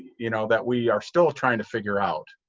you know that we are still trying to figure out.